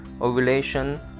ovulation